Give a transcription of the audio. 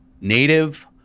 native